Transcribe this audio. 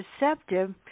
receptive